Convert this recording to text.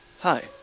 Hi